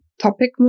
topic